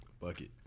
Bucket